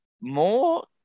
more